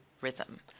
rhythm